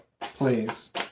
please